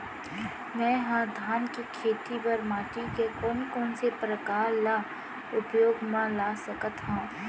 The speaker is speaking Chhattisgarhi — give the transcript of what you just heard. मै ह धान के खेती बर माटी के कोन कोन से प्रकार ला उपयोग मा ला सकत हव?